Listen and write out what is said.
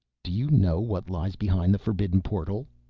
do you know what lies behind the forbidden portal?